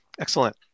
Excellent